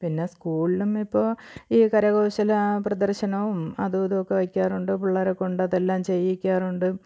പിന്നെ സ്കൂളിലും ഇപ്പോൾ ഈ കരകൗശല പ്രദർശനവും അതും ഇതും വക്കാറുണ്ട് പിള്ളേരെക്കൊണ്ട് അതെല്ലാം ചെയ്യിക്കാറുണ്ട്